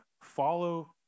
follow